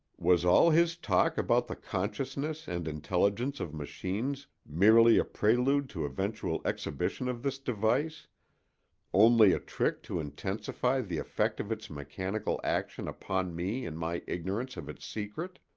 was all his talk about the consciousness and intelligence of machines merely a prelude to eventual exhibition of this device only a trick to intensify the effect of its mechanical action upon me in my ignorance of its secret?